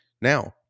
Now